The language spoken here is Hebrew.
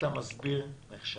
כשאתה מסביר נכשלת.